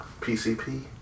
PCP